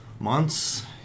months